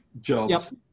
Jobs